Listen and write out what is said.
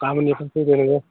गाबोननिफ्राय फैदो नोङो